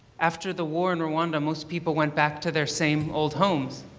after the war in rowanda most people went back to their same old homes.